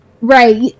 Right